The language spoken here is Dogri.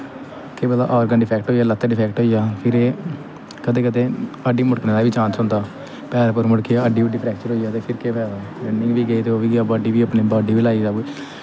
केह् पता आर्गन डिफैक्ट होई जा लत्तें डिफैक्ट होई जा ते कदें कदें हड्डी मुड़कने दा बी चांस होंदा पैर पूर मुड़की जा हड्डी हुड्डी फ्रैक्चर होई जा ते फ्ही केह् फैदा रनिंग बी गेई ते ओह् बी गेआ बॉड्डी बी अपनी